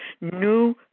new